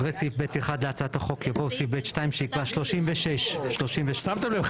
אחרי סעיף (ב1) לחוק יבוא סעיף (ב2) שיקבע --- שמתם לב,